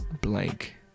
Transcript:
blank